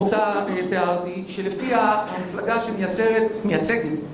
אותה תיארתי, שלפיה המפלגה שמייצגת,